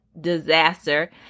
disaster